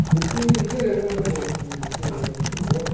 இட்லி இட்லி ரெண்டு மட்டும் போதும் இட்லி ரெண்டு மட்டும் போதும்